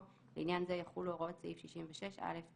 "לעניין זה יחולו הוראות סעיף 66א(4)(א)"".